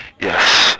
Yes